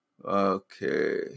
Okay